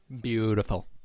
Beautiful